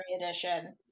edition